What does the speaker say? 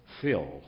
fill